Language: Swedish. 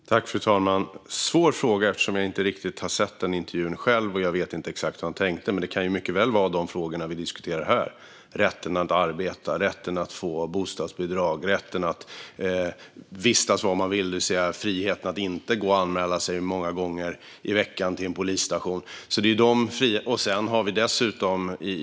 Svar på interpellationer Fru talman! Det är en svår fråga eftersom jag inte har sett intervjun. Jag vet inte exakt hur han tänkte, men det kan mycket väl vara de frågor vi diskuterar här - rätten att arbeta, rätten att få bostadsbidrag och rätten att vistas var man vill, det vill säga friheten att inte gå till en polisstation och anmäla sig flera gånger i veckan.